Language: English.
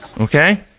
Okay